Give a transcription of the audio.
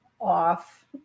off